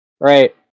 right